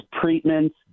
treatments